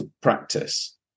practice